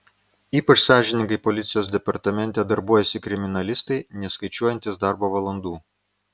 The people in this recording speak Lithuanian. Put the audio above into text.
ypač sąžiningai policijos departamente darbuojasi kriminalistai neskaičiuojantys darbo valandų